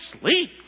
sleep